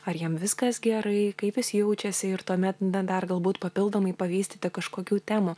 ar jam viskas gerai kaip jis jaučiasi ir tuomet na dar galbūt papildomai pavystyti kažkokių temų